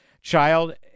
child